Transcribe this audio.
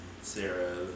Sarah